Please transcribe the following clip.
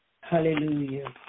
Hallelujah